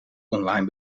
online